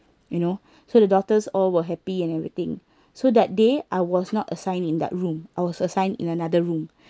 you know so the daughters all were happy and everything so that day I was not assigned in that room I was assigned in another room